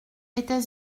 était